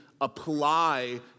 apply